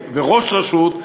וראש רשות,